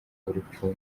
urupfu